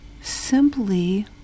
simply